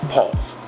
Pause